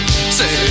Say